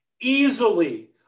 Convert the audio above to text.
Easily